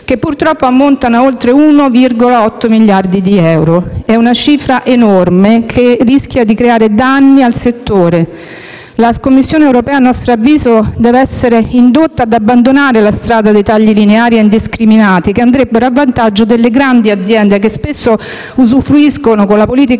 che purtroppo ammontano ad oltre 1,8 miliardi di euro: una cifra enorme, che rischia di creare danni al settore. La Commissione europea, a nostro avviso, deve essere indotta ad abbandonare la strada dei tagli lineari e indiscriminati, che andrebbero a vantaggio delle grandi aziende, che spesso, con la politica